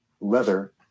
leather